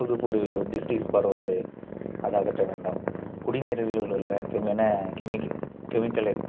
புதுப்புது டிஸ்டீஸ் பரவுது அதை அகற்ற வேண்டும் குடிநீரில் உள்ள கெமி என கெமிக் கெமிக்கலை